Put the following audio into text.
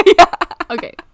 Okay